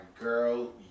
girl